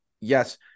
yes